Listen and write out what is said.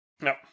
No